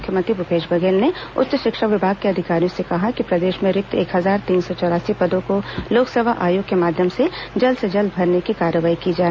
मुख्यमंत्री भूपेश बघेल ने उच्च शिक्षा विभाग के अधिकारियों से कहा है कि प्रदेश में रिक्त एक हजार तीन सौ चौरासी पदों को लोक सेवा आयोग के माध्यम से जल्द से जल्द भरने की कार्रवाई की जाए